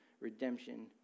redemption